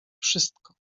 wszystko